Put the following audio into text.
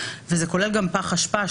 וזה כולל גם פח אשפה,